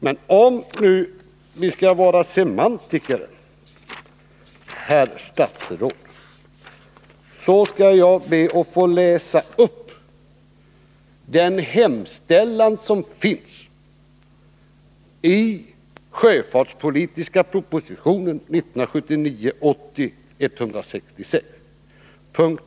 Men om vi nu skall vara semantiker, herr statsråd, skall jag be att få läsa upp hemställan i den sjöfartspolitiska propositionen 1979/80:166 p. 2.